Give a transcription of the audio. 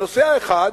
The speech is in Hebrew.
הנושא האחד,